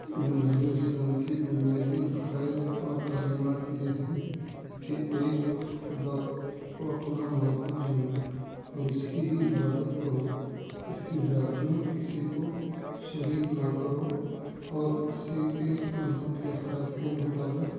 مذہب اِسلام کی بنیادی عقائد اور تعلیمات یہ ہیں کہ ایک خدا کو اپنا معبود جانو اور اِس کی ہی عبادت کرو اِس کی ذات میں کسی کو شریک نہ کرو اور اِسی کے مذہب کے عقائد کے مطابق